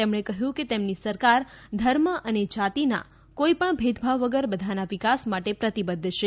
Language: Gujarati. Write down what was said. તેમણે કહ્યું કે તેમની સરકાર ધર્મ અને જાતીના કોઈપણ ભેદભાવ વગર બધાના વિકાસ માટે પ્રતિબદ્ધ છે